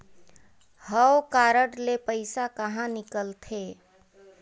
हव कारड ले पइसा कहा निकलथे?